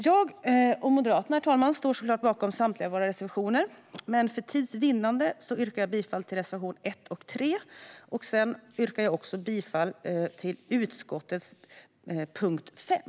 Jag och Moderaterna står såklart bakom samtliga våra reservationer, men för tids vinnande yrkar jag bifall endast till reservation 1 och 3. Jag yrkar också bifall till utskottets förslag i punkt 5.